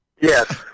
Yes